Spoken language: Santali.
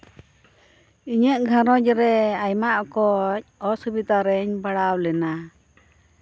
ᱤᱧᱟᱹᱜ ᱜᱷᱟᱨᱚᱸᱡᱽ ᱨᱮ ᱟᱭᱢᱟ ᱚᱠᱚᱡ ᱚᱥᱩᱵᱤᱫᱟ ᱨᱤᱧ ᱯᱟᱲᱟᱣ ᱞᱮᱱᱟ